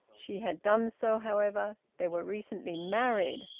she had done so, however they were recently married.